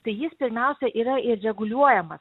tai jis pirmiausia yra ir reguliuojamas